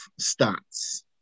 stats